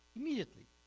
immediately.